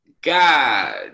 God